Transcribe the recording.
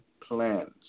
Plans